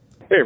Hey